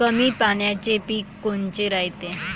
कमी पाण्याचे पीक कोनचे रायते?